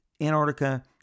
Antarctica